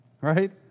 Right